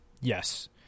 Yes